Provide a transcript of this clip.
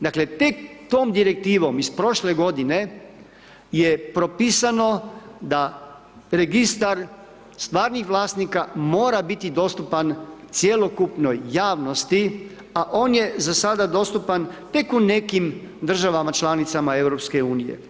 Dakle, tek tom direktivom iz prošle godine je propisano da registar stvarnih vlasnika, mora biti dostupan cjelokupnoj javnosti, a on je za sad dostupan tek u nekim državama članicama EU.